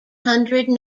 hundred